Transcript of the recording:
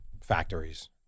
factories